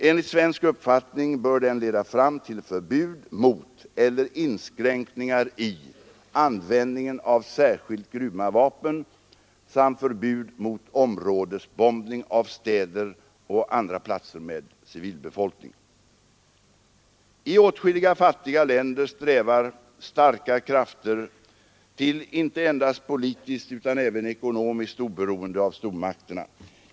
Enligt svensk uppfattning bör den leda fram till förbud mot eller inskränkningar i användningen av särskilt grymma vapen samt förbud mot områdesbombning av städer och andra platser med civilbefolkning. I åtskilliga fattiga länder strävar starka krafter till inte endast politiskt utan även ekonomiskt oberoende av stormakterna.